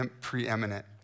preeminent